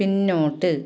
പിന്നോട്ട്